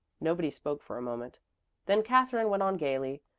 nobody spoke for a moment then katherine went on gaily.